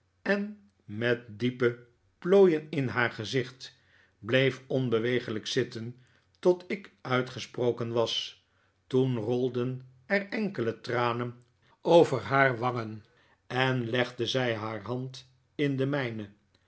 en met diepe plooien in haar gezicht bleef onbeweeglijk zitten tot ik uitgesproken was toen rolden er enkele tranen over haar wangen en legde zij haar hand in de mijne